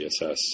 CSS